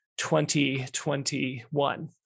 2021